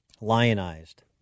lionized